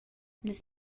las